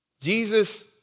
Jesus